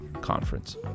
Conference